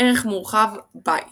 ערך מורחב – בית